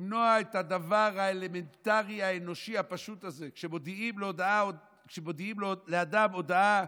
למנוע את הדבר האלמנטרי האנושי הפשוט הזה: כשמודיעים לאדם הודעה,